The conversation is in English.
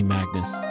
Magnus